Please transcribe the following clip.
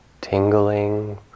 tingling